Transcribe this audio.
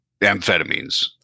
amphetamines